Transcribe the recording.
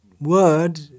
word